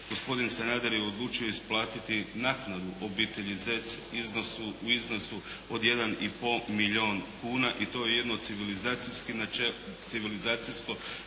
gospodin Sanader je odlučio isplatiti naknadu obitelji Zec u iznosu od 1,5 milijun kuna i to je jedno civilizacijsko